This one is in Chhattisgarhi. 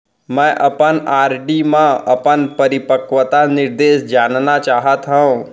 मै अपन आर.डी मा अपन परिपक्वता निर्देश जानना चाहात हव